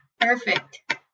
Perfect